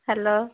hello